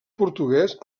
portuguès